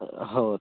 हो